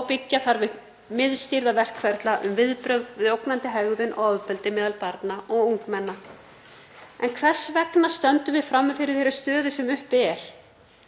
og byggja þarf upp miðstýrða verkferla um viðbrögð við ógnandi hegðun og ofbeldi meðal barna og ungmenna. En hvers vegna stöndum við frammi fyrir þeirri stöðu sem uppi er?